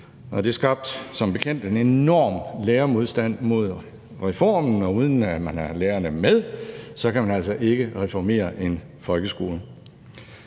det skabte som bekendt en enorm lærermodstand mod reformen, og uden at have lærerne med kan man altså ikke reformere en folkeskole.